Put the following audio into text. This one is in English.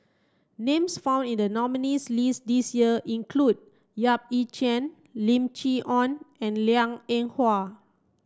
names found in the nominees' list this year include Yap Ee Chian Lim Chee Onn and Liang Eng Hwa